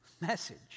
message